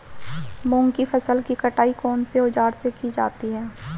मूंग की फसल की कटाई कौनसे औज़ार से की जाती है?